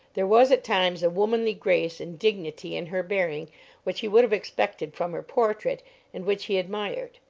there was at times a womanly grace and dignity in her bearing which he would have expected from her portrait and which he admired,